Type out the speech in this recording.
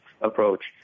approach